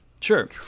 Sure